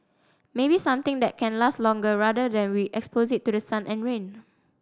maybe something that can last longer rather than we expose it to the sun and rain